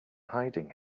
hiding